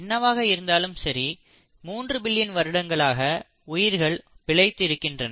என்னவாக இருந்தாலும் சரி 3 பில்லியன் வருடங்களாக உயிர்கள் பிழைத்து இருந்திருக்கின்றன